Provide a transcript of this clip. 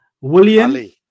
William